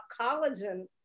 collagen